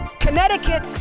Connecticut